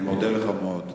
אני מודה לך מאוד.